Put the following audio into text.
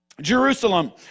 Jerusalem